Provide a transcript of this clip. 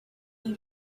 you